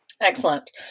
Excellent